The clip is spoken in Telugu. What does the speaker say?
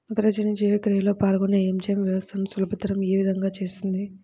నత్రజని జీవక్రియలో పాల్గొనే ఎంజైమ్ వ్యవస్థలను సులభతరం ఏ విధముగా చేస్తుంది?